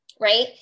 right